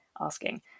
asking